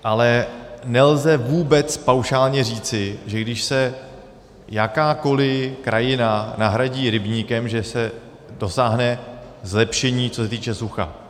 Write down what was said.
Ale nelze vůbec paušálně říci, že když se jakákoliv krajina nahradí rybníkem, že se dosáhne zlepšení, co se týče sucha.